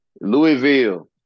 Louisville